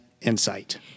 insight